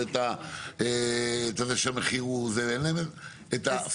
דבר שני שאנחנו רואים זה שאין לנו כדאיות קניה של דירות להשכרה.